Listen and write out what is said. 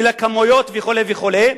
הכמויות וכו' וכו',